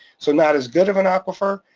so not as good of an aquifer,